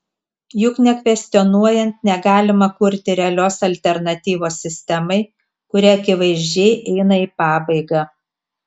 juk nekvestionuojant negalima kurti realios alternatyvos sistemai kuri akivaizdžiai eina į pabaigą